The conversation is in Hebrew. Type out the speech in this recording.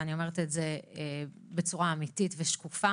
ואני אומרת את זה בצורה אמיתית ושקופה